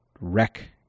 wreck